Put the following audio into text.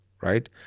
Right